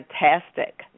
fantastic